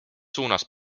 suunas